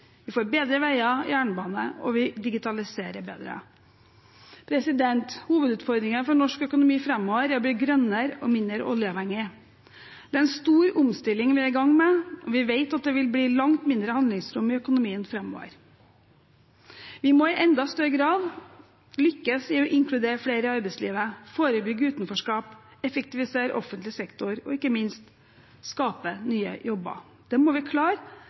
Vi får bedre veier og jernbane, og vi digitaliserer bedre. Hovedutfordringen for norsk økonomi framover er å bli grønnere og mindre oljeavhengig. Det er en stor omstilling vi er i gang med, og vi vet at det vil bli langt mindre handlingsrom i økonomien framover. Vi må i enda større grad lykkes i å inkludere flere i arbeidslivet, forebygge utenforskap, effektivisere offentlig sektor og ikke minst skape nye jobber. Det må vi klare,